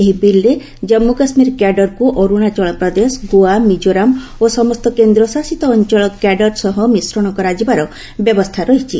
ଏହି ବିଲ୍ରେ କାମ୍ମ କାଶୁୀର କ୍ୟାଡରକ୍ ଅର୍ଣାଚଳ ପ୍ରଦେଶ ଗୋଆ ମିଜୋରାମ ଓ ସମସ୍ତ କେନ୍ଦ୍ର ଶାସିତ ଅଞ୍ଚଳ କ୍ୟାଡର ସହ ମିଶ୍ରଣ କରାଯିବାର ବ୍ୟବସ୍ଥା ରହିଛି